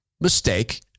mistake